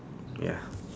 ya